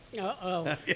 Uh-oh